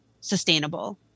sustainable